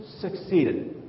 succeeded